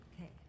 Okay